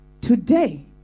today